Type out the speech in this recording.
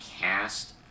cast